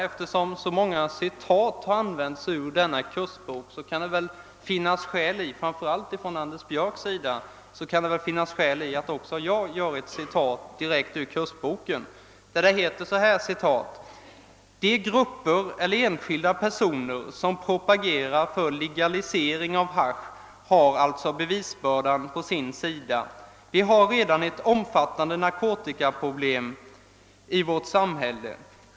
Eftersom så många citat har anförts ur denna kursbok, framför allt av Anders Björck, kan det finnas skäl att också jag anför ett citat direkt ur kursboken. Det heter där: >De grupper eller enskilda personer som propagerar för legalisering av hasch har alltså bevisbördan på sin sida. Vi har redan ett omfattande narkotikaproblem — alkoholproblemet — i vårt samhälle.